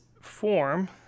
form